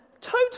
Total